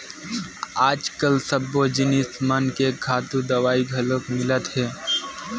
आजकाल सब्बो जिनिस मन के खातू दवई घलोक मिलत हे